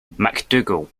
macdougall